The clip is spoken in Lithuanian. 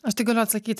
aš tai galiu atsakyt